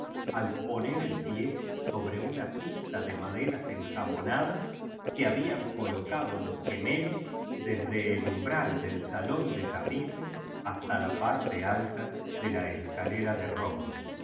al poner el pie sobre una pista de maderas enjabonadas que habían clocado los gemelos desde el umbral de sa lón de tapices basta lo parte alia de la es calera de roble